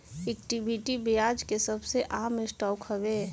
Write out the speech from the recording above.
equity, ब्याज के सबसे आम स्टॉक हवे